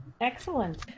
Excellent